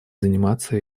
заниматься